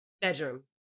bedroom